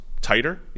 tighter